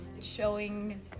showing